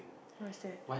what is that